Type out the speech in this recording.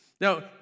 Now